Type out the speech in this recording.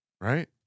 right